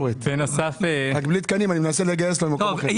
הישיבה ננעלה בשעה 12:00.